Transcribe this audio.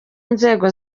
nzego